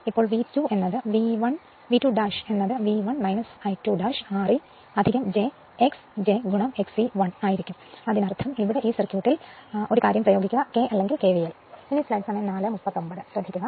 ഇപ്പോൾ V2 V 1 ആയിരിക്കും I2 R e j X j Xe 1 അതിനർത്ഥം ഇവിടെ ഈ സർക്യൂട്ടിൽ എന്ത് കോൾ പ്രയോഗിക്കുന്നു എന്നത് കെ അല്ലെങ്കിൽ KVL പ്രയോഗിക്കുന്നു